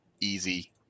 easy